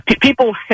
People